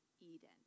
Eden